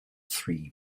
three